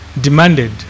demanded